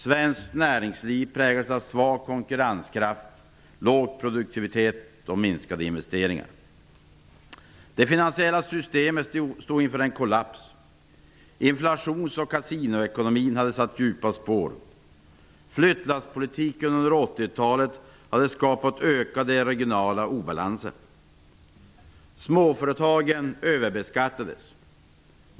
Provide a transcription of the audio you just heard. Svenskt näringsliv präglades av svag konkurrenskraft, låg produktivitet och minskade investeringar. Det finansiella systemet stod inför en kollaps. Inflations och kasinoekonomin hade satt djupa spår. Flyttlasspolitiken under 1980-talet hade skapat ökade regionala obalanser. Småföretagen överbeskattades.